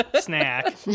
snack